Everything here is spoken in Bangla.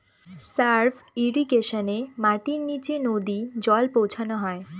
সাব ইর্রিগেশনে মাটির নীচে নদী জল পৌঁছানো হয়